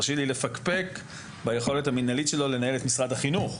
הרשי לי לפקפק ביכולת המנהלית שלו לנהל את משרד החינוך.